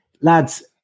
lads